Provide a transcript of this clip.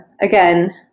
again